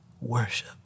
worship